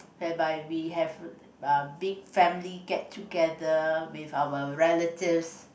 whereby we have uh big family get together with our relatives